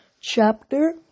chapter